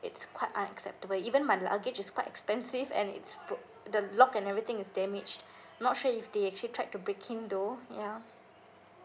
it's quite unacceptable even my luggage is quite expensive and it's bro~ the lock and everything is damaged not sure if they actually tried to breaking though yeah